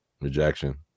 Rejection